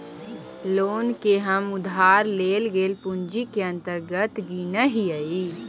loan के हम उधार लेल गेल पूंजी के अंतर्गत गिनऽ हियई